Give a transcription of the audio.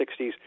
60s